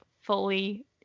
fully